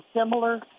similar